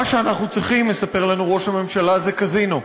מה שאנחנו צריכים, מספר לנו ראש הממשלה, זה קזינו.